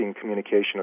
communication